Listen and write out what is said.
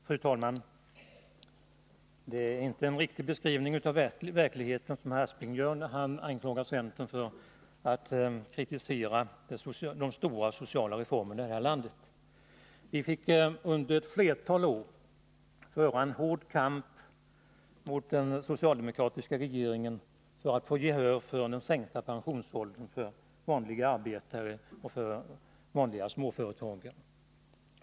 Fru talman! Det är inte en riktig beskrivning av verkligheten som herr Aspling gör när han anklagar centern för att kritisera de stora sociala reformerna i det här landet. Vi fick under ett flertal år föra en hård kamp mot den socialdemokratiska regeringen för att få gehör för den sänkta pensionsåldern för vanliga arbetare och för vanliga småföretagare.